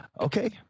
Okay